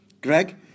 Greg